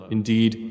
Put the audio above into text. Indeed